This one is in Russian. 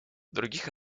других